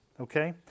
okay